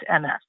MS